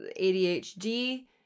ADHD